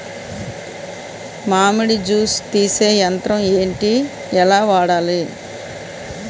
మామిడి జూస్ తీసే యంత్రం ఏంటి? ఎలా వాడాలి?